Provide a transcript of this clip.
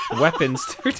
weapons